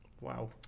wow